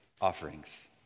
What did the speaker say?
offerings